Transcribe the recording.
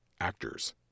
actors